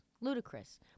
ludicrous